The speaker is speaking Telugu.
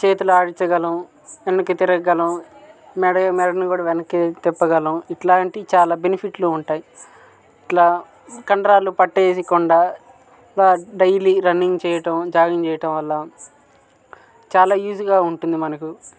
చేతులు ఆడించగలం వెనెక్కి తిరగగలం మెడ మెడని కూడా వెనక్కి తిప్పగలం ఇట్లాంటి చాలా బెనిఫిట్లు ఉంటాయి ఇట్లా కండరాలు పట్టేయకుండా లా డైలీ రన్నింగ్ చేయటం జాగింగ్ చేయటం వల్ల చాలా ఈజీగా ఉంటుంది మనకు